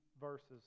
verses